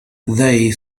they